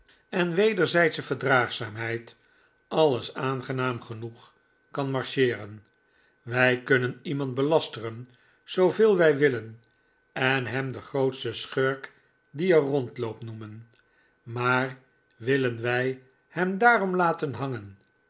en wederzijdsche verdraagzaamheid alles aangenaam genoeg kan marcheeren wij kunnen iemand belasteren zooveel wij willen en hem den grootsten schurk die er rondloopt noemen maar willen wij hem daarom laten hangen